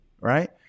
right